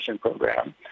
program